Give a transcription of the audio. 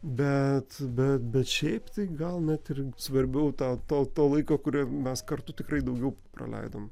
bet be bet šiaip tai gal net ir svarbiau tą to to laiko kurį mes kartu tikrai daugiau praleidom